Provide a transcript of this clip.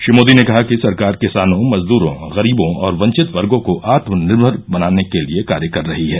श्री मोदी ने कहा कि सरकार किसानों मजदूरों गरीबों और वंचित वर्गों को आत्मनिर्भर बनाने के लिए कार्य कर रही है